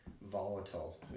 volatile